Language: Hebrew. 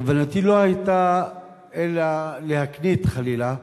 כוונתי לא היתה להקניט, חלילה,